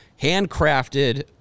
handcrafted